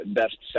best